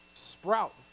sprout